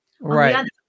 Right